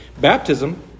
Baptism